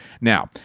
Now